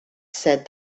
said